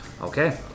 Okay